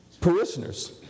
parishioners